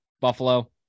Buffalo